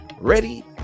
ready